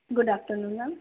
good afternoon ma'am